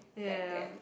ya ya ya ya